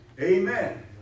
Amen